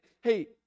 hey